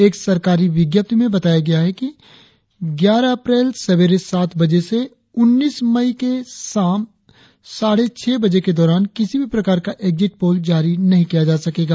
एक सरकारी विज्ञप्ति में बताया गया ग्यारह अप्रैल सवेरे सात बजे से उन्नीस मई के नाम साढे छह बजे के दौरान किसी भी प्रकार का एग्जिट पोल जारी नहीं किया जा सकेगा